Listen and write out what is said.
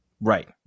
Right